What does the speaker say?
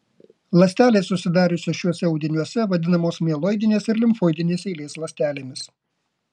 ląstelės susidariusios šiuose audiniuose vadinamos mieloidinės ir limfoidinės eilės ląstelėmis